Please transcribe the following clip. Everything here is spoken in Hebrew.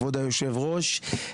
כבוד היושב-ראש.